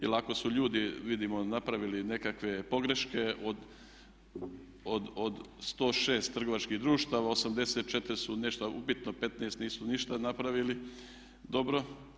Jer ako su ljudi, vidimo, napravili nekakve pogreške od 106 trgovačkih društava 84 su nešto upitno, 15 nisu ništa napravili dobro.